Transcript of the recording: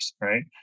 Right